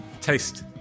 Taste